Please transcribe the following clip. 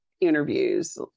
interviews